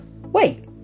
Wait